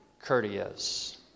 courteous